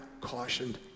cautioned